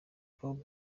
bobo